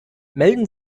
melden